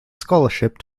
scholarship